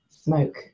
smoke